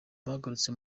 bagarutse